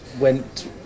went